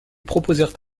proposèrent